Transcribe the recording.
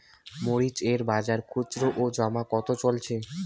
মরিচ এর বাজার খুচরো ও জমা কত চলছে?